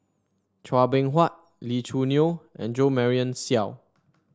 Chua Beng Huat Lee Choo Neo and Jo Marion Seow